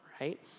right